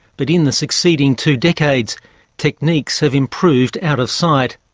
but in the succeeding two decades techniques have improved out of sight.